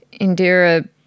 Indira